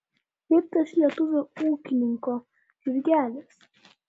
kaip tas lietuvio ūkininko žirgelis